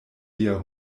lia